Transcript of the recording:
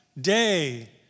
day